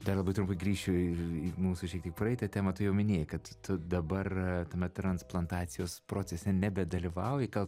dar labai trumpai grįšiu į mūsų šiek tiek praeitą temą tu jau minėjai kad tu dabar tame transplantacijos procese nebedalyvauji gal